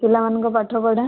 ପିଲାମାନଙ୍କ ପାଠ ପଢା